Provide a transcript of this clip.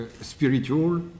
spiritual